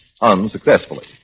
unsuccessfully